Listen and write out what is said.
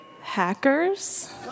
hackers